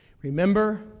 remember